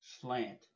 slant